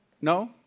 No